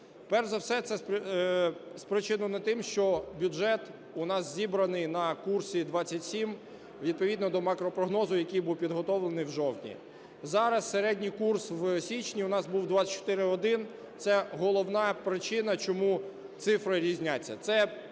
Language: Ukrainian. Перш за все, це спричинено тим, що бюджет у нас зібраний на курсі 27, відповідно до макропрогнозу, який був підготовлений в жовтні. Зараз середній курс в січні у нас був 24,1 – це головна причина, чому цифри різняться.